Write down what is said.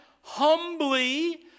humbly